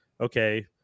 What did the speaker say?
Okay